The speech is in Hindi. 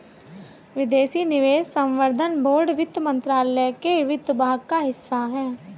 विदेशी निवेश संवर्धन बोर्ड वित्त मंत्रालय के वित्त विभाग का हिस्सा है